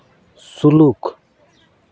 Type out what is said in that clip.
ᱥᱩᱞᱩᱠ